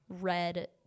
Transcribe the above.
Red